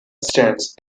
stands